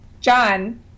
john